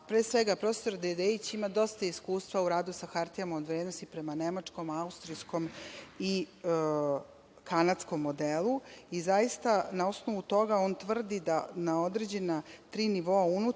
pre svega profesor Dedeić ima dosta iskustva u radu sa hartijama od vrednosti prema nemačkom, austrijskom i kanadskom modelu. Zaista na osnovu toga on tvrdi da na određena tri nivoa unutar